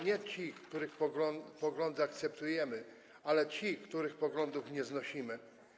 Nie ci, których poglądy akceptujemy, ale ci, których poglądów nie znosimy.